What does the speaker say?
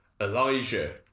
Elijah